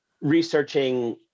researching